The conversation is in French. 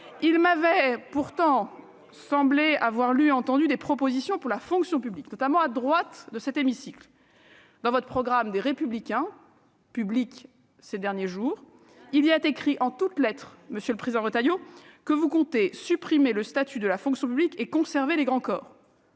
Il m'avait pourtant semblé avoir lu et entendu des propositions relatives à la fonction publique, formulées notamment à la droite de cet hémicycle. Dans le programme du parti Les Républicains, rendu public ces derniers jours, il est écrit en toutes lettres, monsieur Retailleau, que vous comptez supprimer le statut de la fonction publique et conserver les grands corps-